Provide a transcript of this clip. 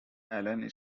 alan